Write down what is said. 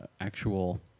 actual